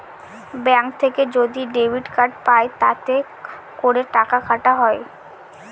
bank থেকে যদি debit card পাই তাতে করে টাকা কাটা হয়